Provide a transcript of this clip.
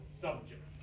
subject